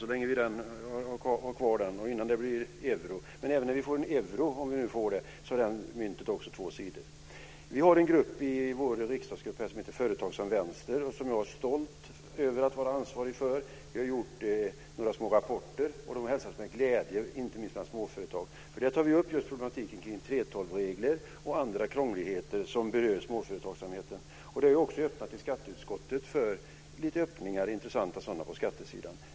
Men även euron, om vi nu får den, är också ett mynt som har två sidor. Vi har i vår riksdagsgrupp en grupp som heter Företagsam vänster och som jag är stolt över att vara ansvarig för. Vi har gjort några små rapporter, och de hälsas med glädje inte minst bland småföretagarna. Där tar vi upp just problematiken med 3:12-regler och andra krångligheter som berör småföretagsamheten. Det har också i skatteutskottet öppnat för lite intressanta öppningar på skattesidan.